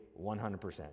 100%